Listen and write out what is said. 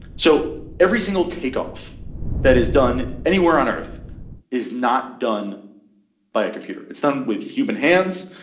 so every single takeoff that is done anywhere on earth is not done by a computer it's done with human hands.